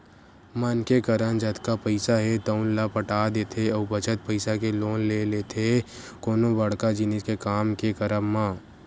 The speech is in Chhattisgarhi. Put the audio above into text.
मनखे करन जतका पइसा हे तउन ल पटा देथे अउ बचत पइसा के लोन ले लेथे कोनो बड़का जिनिस के काम के करब म